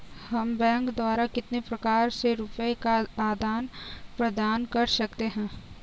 हम बैंक द्वारा कितने प्रकार से रुपये का आदान प्रदान कर सकते हैं?